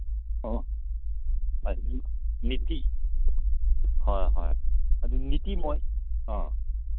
ꯑꯣ ꯍꯣꯏ ꯍꯣꯏ ꯑꯗꯨ ꯑ